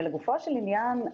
ולגופו של עניין,